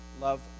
Love